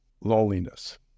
loneliness